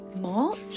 March